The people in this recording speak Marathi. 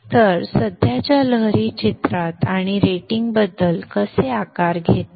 तर करंट वेव्ह चित्रात आणि रेटिंगबद्दल कसे आकार घेतात